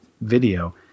video